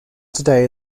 today